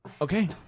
Okay